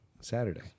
Saturday